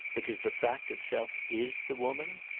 because the fact itself is the woman?